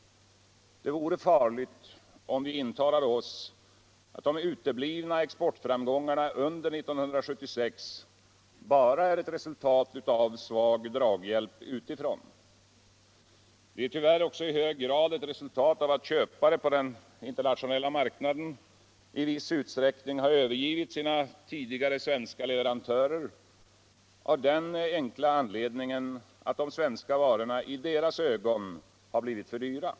Det vore farligt, om vi intalade oss att de uteblivna exportffamgångurnu under 1976 bara är ett resultat av svag draghjälp utifrån. De är tyvärr också i hög grad ett resultat av att köpare på den internationella marknaden i viss utsträckning har övergivit sina tidigare svenska leverantörer av den enkla anledningen att de svenska varorna i deras ögon har blivit för dyvra.